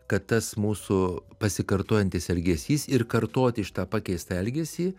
kad tas mūsų pasikartojantis elgesys ir kartoti šitą pakeistą elgesį